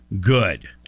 Good